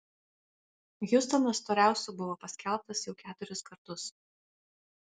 hjustonas storiausiu buvo paskelbtas jau keturis kartus